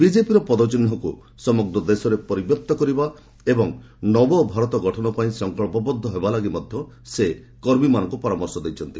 ବିଜେପିର ପଦଚିହ୍ନକୁ ସମଗ୍ର ଦେଶରେ ପରିବ୍ୟାପ୍ତ କରିବା ଏବଂ ନବଭାରତ ଗଠନପାଇଁ ସଙ୍କଳ୍ପବଦ୍ଧ ହେବାପାଇଁ ମଧ୍ୟ ସେ କର୍ମୀମାନଙ୍କୁ ପରାମର୍ଶ ଦେଇଛନ୍ତି